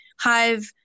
hive